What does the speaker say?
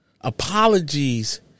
apologies